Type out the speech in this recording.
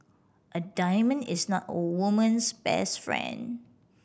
a diamond is not a woman's best friend